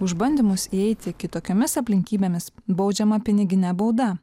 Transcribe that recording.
už bandymus įeiti kitokiomis aplinkybėmis baudžiama pinigine bauda